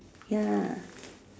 ya